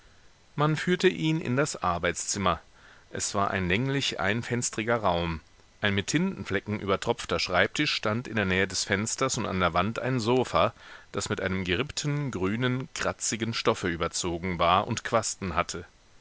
man führte ihn in das arbeitszimmer es war ein länglicher einfenstriger raum ein mit tintenflecken übertropfter schreibtisch stand in der nähe des fensters und an der wand ein sofa das mit einem gerippten grünen kratzigen stoffe überzogen war und quasten hatte